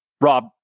Rob